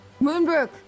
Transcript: Moonbrook